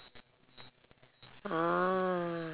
ah